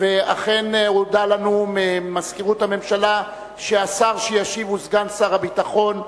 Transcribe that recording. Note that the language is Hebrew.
ואכן הודע לנו ממזכירות הממשלה שהשר שישיב הוא סגן שר הביטחון,